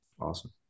Awesome